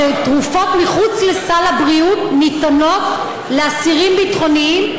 שתרופות מחוץ לסל הבריאות ניתנות לאסירים ביטחוניים.